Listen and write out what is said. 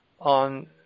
on